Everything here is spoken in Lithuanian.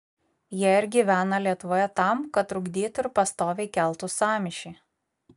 jie ir gyvena lietuvoje tam kad trukdytų ir pastoviai keltų sąmyšį